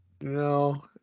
No